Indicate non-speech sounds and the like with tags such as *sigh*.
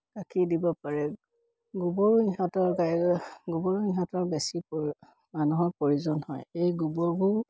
গাখীৰ দিব পাৰে গোবৰো ইহঁতৰ গাই গৰুৰ ইহঁতৰ বেছি *unintelligible* মানুহৰ প্ৰয়োজন হয় এই গোবৰবোৰ